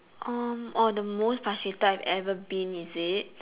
uh oh the most frustrated I've ever been is it